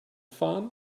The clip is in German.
fahren